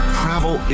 travel